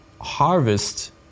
Harvest